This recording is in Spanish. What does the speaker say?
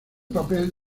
papel